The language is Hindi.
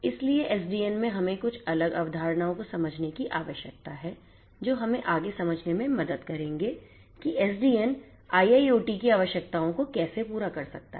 इसलिए SDN में हमें कुछ अलग अवधारणाओं को समझने की आवश्यकता है जो हमें आगे समझने में मदद करेंगे कि SDN IIoT की आवश्यकताओं को कैसे पूरा कर सकता है